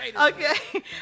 Okay